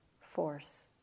force